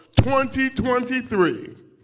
2023